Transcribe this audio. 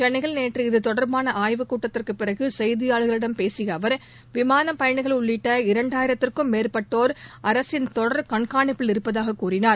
சென்னையில் நேற்று இதுதொடர்பான ஆய்வுக்கூட்டத்திற்குப் பிறகு செய்தியாளர்களிடம் பேசிய அவர் விமானப் பயணிகள் உள்ளிட்ட இரண்டாயிரத்துக்கும் மேற்பட்டோர் அரசின் தொடர் கண்கானிப்பில் இருப்பதாக கூறினார்